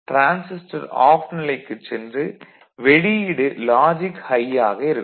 எனவே transistor off நிலைக்குச் சென்று வெளியீடு லாஜிக் ஹை ஆக இருக்கும்